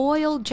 Oil